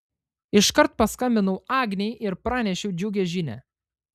iškart paskambinau agnei ir pranešiau džiugią žinią